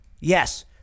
Yes